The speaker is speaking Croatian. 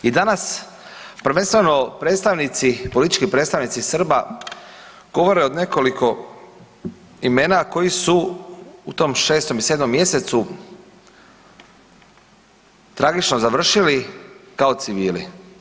I danas prvenstveno predstavnici politički predstavnici Srba govore o nekoliko imena koji su u tom 6. i 7. mjesecu tragično završili kao civili.